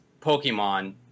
pokemon